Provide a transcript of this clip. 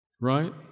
Right